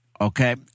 okay